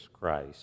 Christ